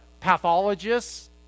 pathologists